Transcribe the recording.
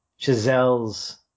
Chazelle's